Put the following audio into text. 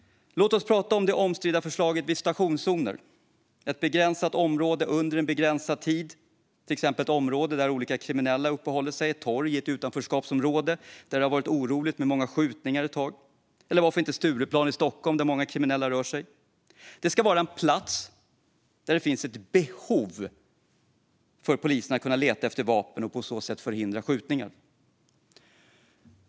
Låt oss prata om det omstridda förslaget om visitationszoner i ett begränsat område under en begränsad tid. Det kan röra sig om ett område där olika kriminella uppehåller sig - ett torg i ett utanförskapsområde där det ett tag har varit oroligt med många skjutningar eller varför inte Stureplan i Stockholm, där många kriminella rör sig. Det ska vara en plats där det finns ett behov för polisen av att kunna leta efter vapen och på så sätt förhindra skjutningar.